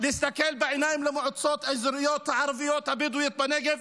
להסתכל גם על מועצות האזוריות הערביות הבדואיות בנגב,